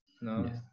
No